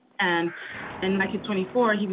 and and like twenty four,